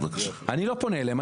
אני לא פונה אליהם,